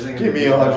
ah give me one